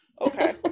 Okay